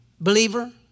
Believer